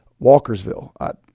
Walkersville